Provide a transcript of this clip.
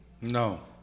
no